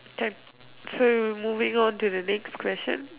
so we moving on to the next question